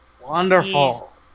Wonderful